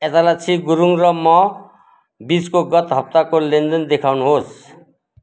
ऐतलक्षी गुरुङ र म बिचको गत हप्ताको लेनदेन देखाउनुहोस्